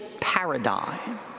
paradigm